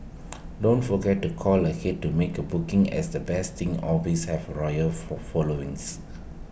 don't forget to call ahead to make A booking as the best things always have loyal for followings